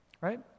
right